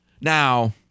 Now